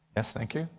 thank you.